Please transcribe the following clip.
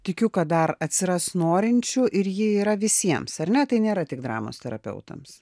tikiu kad dar atsiras norinčių ir ji yra visiems ar ne tai nėra tik dramos terapeutams